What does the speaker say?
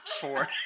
four